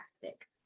fantastic